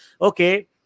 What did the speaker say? okay